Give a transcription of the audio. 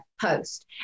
post